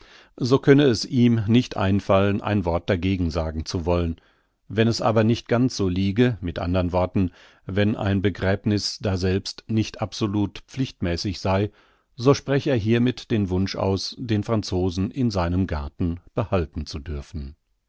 so könne es ihm nicht einfallen ein wort dagegen sagen zu wollen wenn es aber nicht ganz so liege mit andern worten wenn ein begräbniß daselbst nicht absolut pflichtmäßig sei so spräch er hiermit den wunsch aus den franzosen in seinem garten behalten zu dürfen